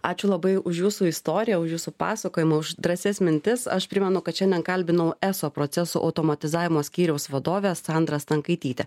ačiū labai už jūsų istoriją už jūsų pasakojimą už drąsias mintis aš primenu kad šiandien kalbinau eso procesų automatizavimo skyriaus vadovę sandrą stankaitytę